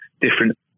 different